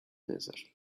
desert